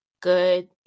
good